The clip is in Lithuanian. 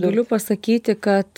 galiu pasakyti kad